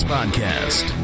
Podcast